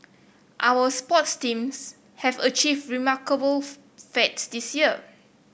our sports teams have achieved remarkable feats this year